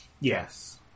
Yes